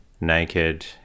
naked